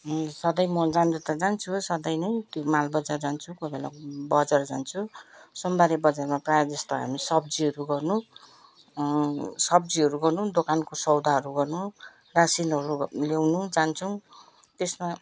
सधैँ म जानु त जान्छु सधैँ नै त्यो मालबजार जान्छु कोही बेला बजार जान्छु सोमबारे बजारमा प्रायः जस्तो हामी सब्जीहरू गर्नु सब्जीहरू गर्नु दोकानको सौदाहरू गर्नु रासिनहरू ग ल्याउनु जान्छौँ त्यसमा